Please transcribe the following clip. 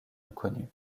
inconnues